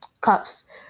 cuffs